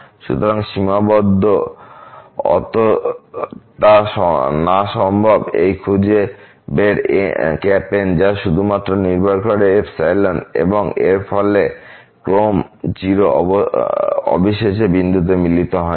সুতরাং সীমাবদ্ধঅত তা না সম্ভব এই খুঁজে বের N যা শুধুমাত্র উপর নির্ভর করে এবং এর ফলে ক্রম 0 অবিশেষে বিন্দুতে মিলিত হয় না